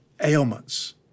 ailments